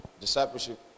discipleship